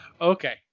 Okay